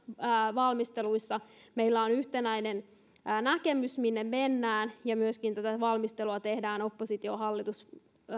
valmisteluissa meillä on yhtenäinen näkemys siitä minne mennään ja myöskin tätä valmistelua tehdään oppositio hallitus